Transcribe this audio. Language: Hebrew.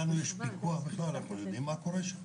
לנו פיקוח ואנחנו יודעים מה קורה שם?